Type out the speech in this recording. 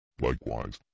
Likewise